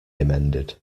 amended